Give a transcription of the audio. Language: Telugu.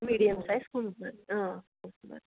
మీడియం సైజ్ కుంకుం భరణి కుంకుం భరణి